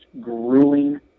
grueling